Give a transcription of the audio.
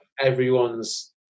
everyone's